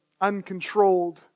uncontrolled